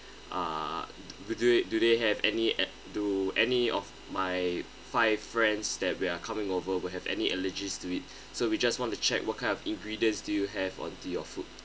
uh do they do they have any eh do any of my five friends that we are coming over will have any allergies to it so we just want to check what kind of ingredients do you have onto your food